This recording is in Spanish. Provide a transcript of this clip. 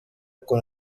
con